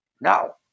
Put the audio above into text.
no